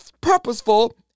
purposeful